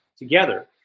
together